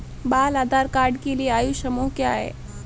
बाल आधार कार्ड के लिए आयु समूह क्या है?